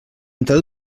entre